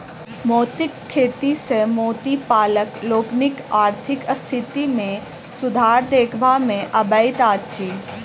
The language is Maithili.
मोतीक खेती सॅ मोती पालक लोकनिक आर्थिक स्थिति मे सुधार देखबा मे अबैत अछि